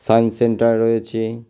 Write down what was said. science centre রয়েছে